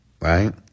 right